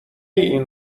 این